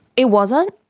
it wasn't.